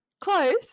Close